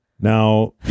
Now